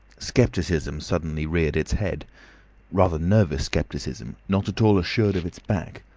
scepticism suddenly reared its head rather nervous scepticism, not at all assured of its back,